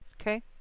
Okay